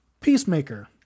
peacemaker